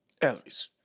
Elvis